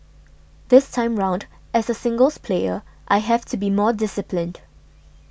this time round as a singles player I have to be more disciplined